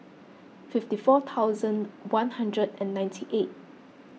fifty four one hundred and ninety eight